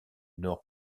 nord